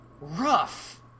rough